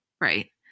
Right